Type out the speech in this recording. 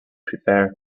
prefer